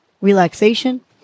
relaxation